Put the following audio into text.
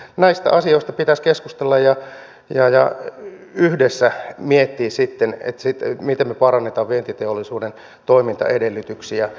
näistä asioista pitäisi keskustella ja yhdessä miettiä miten me parannamme vientiteollisuuden toimintaedellytyksiä